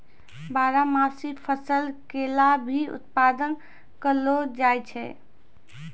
बारहमासी फसल केला भी उत्पादत करलो जाय छै